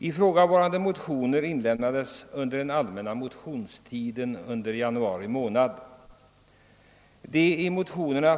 Dessa motioner inlämnades under den allmänna motionstiden i januari.